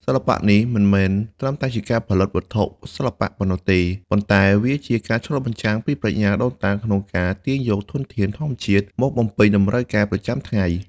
សិល្បៈនេះមិនមែនត្រឹមតែជាការផលិតវត្ថុសិល្បៈប៉ុណ្ណោះទេ ប៉ុន្តែវាជាការឆ្លុះបញ្ចាំងពីប្រាជ្ញាដូនតាក្នុងការទាញយកធនធានពីធម្មជាតិមកបំពេញតម្រូវការជីវិតប្រចាំថ្ងៃ។